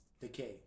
Decay